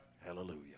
Hallelujah